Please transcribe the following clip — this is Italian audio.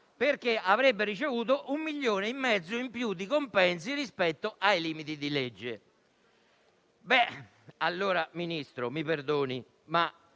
perché avrebbe ricevuto un milione e mezzo in più di compensi rispetto ai limiti di legge. Ministro, mi perdoni, ma